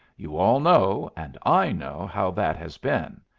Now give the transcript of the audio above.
you all know and i know how that has been.